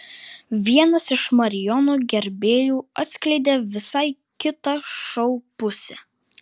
vienas iš marijono gerbėjų atskleidė visai kitą šou pusę